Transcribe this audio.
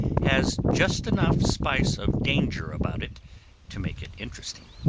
has just enough spice of danger about it to make it interesting.